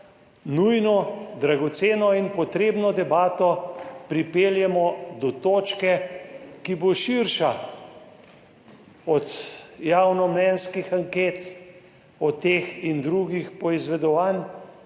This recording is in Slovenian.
nujno, dragoceno in potrebno debato pripeljemo do točke, ki bo širša od javnomnenjskih anket, o teh in drugih poizvedovanj,